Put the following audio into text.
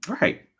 right